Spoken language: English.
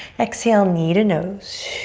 exhale, knee to nose.